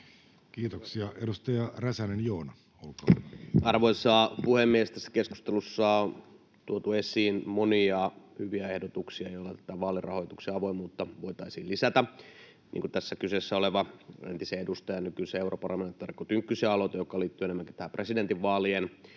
Kiitoksia. — Edustaja Räsänen, Joona, olkaa hyvä. Arvoisa puhemies! Tässä keskustelussa on tuotu esiin monia hyviä ehdotuksia, joilla tätä vaalirahoituksen avoimuutta voitaisiin lisätä, niin kuin tässä kyseessä oleva entisen edustaja ja nykyisen europarlamentaarikko Tynkkysen aloite, joka liittyy enemmänkin tähän presidentinvaalien